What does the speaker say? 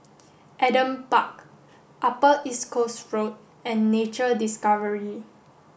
Adam Park Upper East Coast Road and Nature Discovery